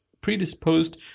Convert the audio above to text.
predisposed